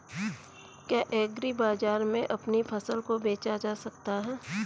क्या एग्रीबाजार में अपनी फसल को बेचा जा सकता है?